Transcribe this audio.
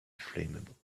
flammable